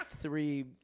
three